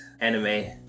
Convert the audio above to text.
anime